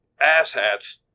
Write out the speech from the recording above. asshats